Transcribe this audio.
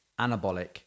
anabolic